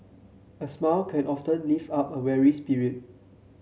a smile can often lift up a weary spirit